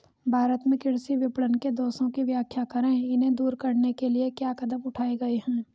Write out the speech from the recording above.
भारत में कृषि विपणन के दोषों की व्याख्या करें इन्हें दूर करने के लिए क्या कदम उठाए गए हैं?